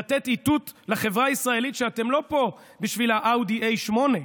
"לתת איתות לחברה הישראלית שאתם לא פה בשביל האאודיA8 ,